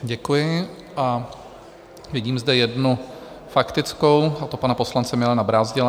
Děkuji a vidím zde jednu faktickou od pana poslance Milana Brázdila.